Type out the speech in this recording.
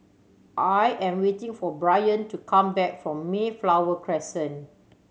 I am waiting for Bryant to come back from Mayflower Crescent